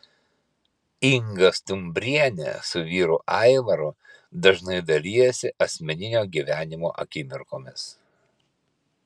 inga stumbrienė su vyru aivaru dažnai dalijasi asmeninio gyvenimo akimirkomis